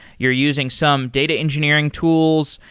you're using some data engineering tools.